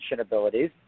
abilities